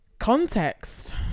context